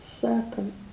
serpent